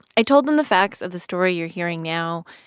i told them the facts of the story you're hearing now,